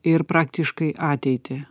ir praktiškai ateitį